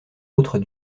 autres